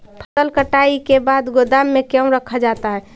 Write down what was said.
फसल कटाई के बाद गोदाम में क्यों रखा जाता है?